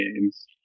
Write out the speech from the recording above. games